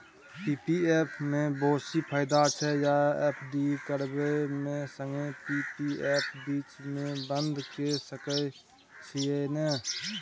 P P F म बेसी फायदा छै या एफ.डी करबै म संगे पी.पी एफ बीच म बन्द के सके छियै न?